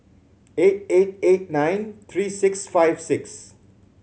eight eight eight nine three six five six